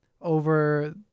over